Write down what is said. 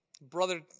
brother